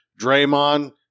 Draymond